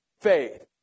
faith